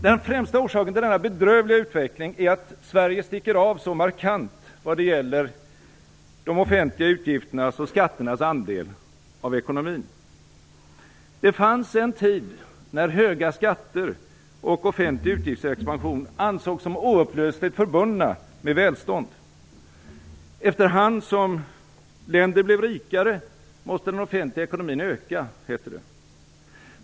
Den främsta orsaken till denna bedrövliga utveckling är att Sverige sticker av så markant vad gäller de offentliga utgifternas och skatternas andel av ekonomin. Det fanns en tid när höga skatter och offentlig utgiftsexpansion ansågs som oupplösligt förbundna med välstånd. Efter hand som länder blev rikare måste den offentliga ekonomin öka, hette det.